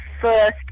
first